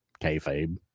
kayfabe